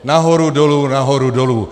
Nahoru dolů, nahoru dolů.